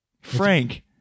Frank